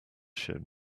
showed